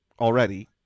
already